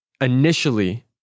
initially